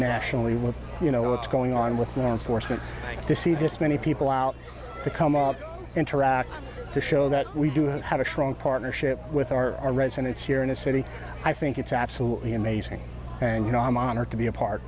nationally with you know what's going on with morons force me to see this many people out to come up interact to show that we do have had a strong partnership with our residents here in the city i think it's absolutely amazing and you know i'm honored to be a part